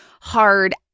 hard